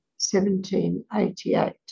1788